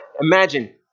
imagine